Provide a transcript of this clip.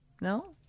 No